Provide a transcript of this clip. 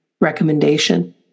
recommendation